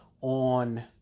on